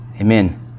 amen